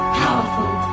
powerful